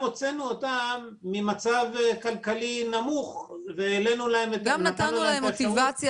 הוצאנו אותן ממצב כלכלי נמוך --- גם נתנו להן מוטיבציה